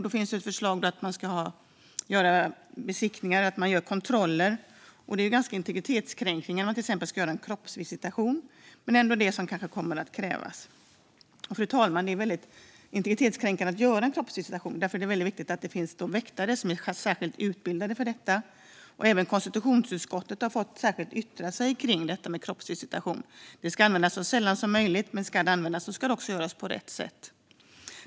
Då finns det ett förslag om att man ska göra kontroller. Det är ganska integritetskränkande om man till exempel ska göra en kroppsvisitation, men det är ändå det som kanske kommer att krävas. Fru talman! Det är väldigt integritetskränkande att göra en kroppsvisitation. Därför är det viktigt att det finns väktare som är särskilt utbildade för det. Även konstitutionsutskottet har särskilt fått yttra sig kring detta med kroppsvisitation. Det ska göras så sällan som möjligt, men ska det göras ska det göras på rätt sätt.